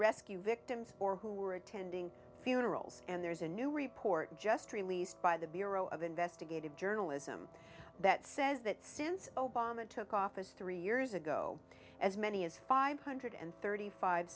rescue victims or who were attending funerals and there's a new report just released by the bureau of investigative journal that says that since obama took office three years ago as many as five hundred and thirty five